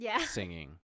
singing